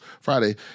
Friday